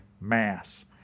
mass